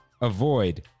avoid